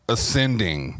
Ascending